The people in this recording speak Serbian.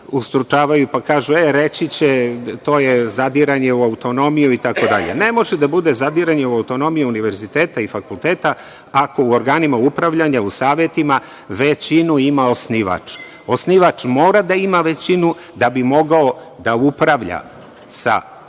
ustručavaju pa kažu - reći će da je to zadiranje u ekonomiju, itd. Ne može da bude zadiranje u ekonomiju univerziteta i fakulteta ako u organima upravljanja, u savetima, većinu ima osnivač. Osnivač mora da ima većinu, da bi mogao da upravlja sa